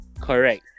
correct